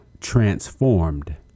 transformed